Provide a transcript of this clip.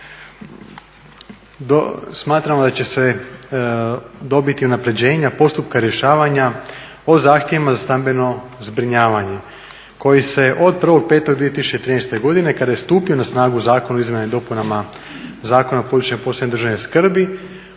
smatramo da će se dobiti unapređenja postupka rješavanja o zahtjevima za stambeno zbrinjavanje koji se od 1.05.2013. godine kada je stupio na snagu zakon o izmjenama i dopunama Zakona područjima posebne državne skrbi